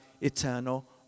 eternal